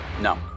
No